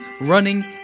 running